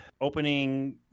opening